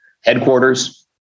Headquarters